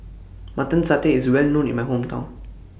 Mutton Satay IS Well known in My Hometown